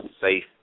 safe